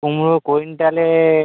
কুমড়ো কুইন্টালে